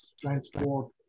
transport